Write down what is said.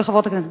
וחברות הכנסת.